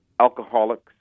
Alcoholics